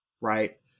right